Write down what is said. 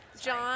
John